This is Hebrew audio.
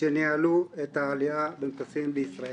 שניהלו את העלייה במטוסים לישראל.